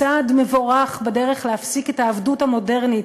צעד מבורך בדרך להפסיק את העבדות המודרנית,